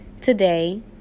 Today